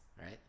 right